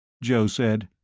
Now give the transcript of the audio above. joe said,